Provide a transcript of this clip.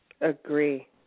Agree